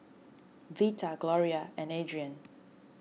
Vita Gloria and Adriene